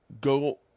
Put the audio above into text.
go